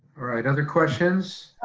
right, other questions?